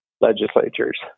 legislatures